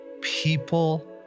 people